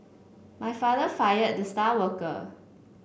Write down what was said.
my father fired the star worker